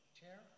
Chair